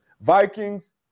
Vikings